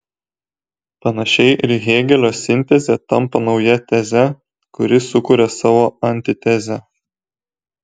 panašiai ir hėgelio sintezė tampa nauja teze kuri sukuria savo antitezę